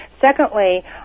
Secondly